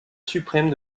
suprême